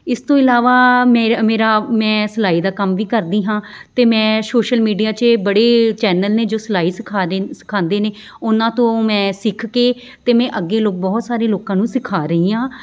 ਇਸ ਤੋਂ ਇਲਾਵਾ ਮੇਰਾ ਮੇਰਾ ਮੈਂ ਸਿਲਾਈ ਦਾ ਕੰਮ ਵੀ ਕਰਦੀ ਹਾਂ ਅਤੇ ਮੈਂ ਸੋਸ਼ਲ ਮੀਡੀਆ 'ਚ ਬੜੇ ਚੈਨਲ ਨੇ ਜੋ ਸਿਲਾਈ ਸਿਖਾ ਦੇ ਸਿਖਾਉਂਦੇ ਨੇ ਉਹਨਾਂ ਤੋਂ ਮੈਂ ਸਿੱਖ ਕੇ ਅਤੇ ਮੈਂ ਅੱਗੇ ਲੋਕ ਬਹੁਤ ਸਾਰੇ ਲੋਕਾਂ ਨੂੰ ਸਿਖਾ ਰਹੀ ਹਾਂ